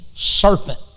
serpent